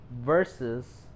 versus